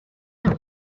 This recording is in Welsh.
iawn